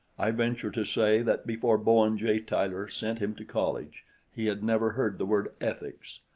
i venture to say that before bowen j. tyler sent him to college he had never heard the word ethics,